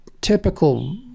typical